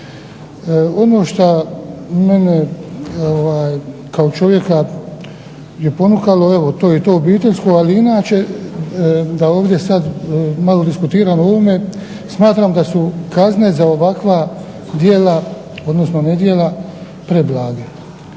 Ono što mene kao čovjeka je ponukalo evo to je to obiteljsko, ali i inače da ovdje sad malo diskutiram o ovome, smatram da su kazne za ovakva djela, odnosno nedjela preblage.